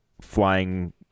flying